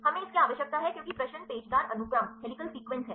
हमें इसकी आवश्यकता है क्योंकि प्रश्न पेचदार अनुक्रम है